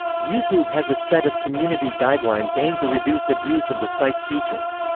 youtube has a set of community guidelines aimed to reduce abuse of the site's features.